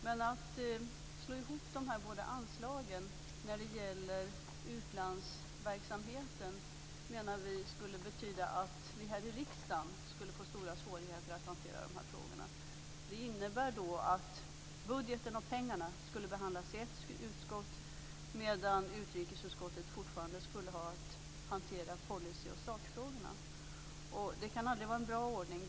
Men att slå ihop de här båda anslagen när det gäller utlandsverksamheten menar vi skulle betyda att vi här i riksdagen skulle få stora svårigheter att hantera de här frågorna. Det innebär att budgeten och pengarna skulle behandlas i ett utskott, medan utrikesutskottet fortfarande skulle ha att hantera policyoch sakfrågorna. Det kan aldrig vara en bra ordning.